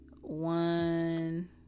One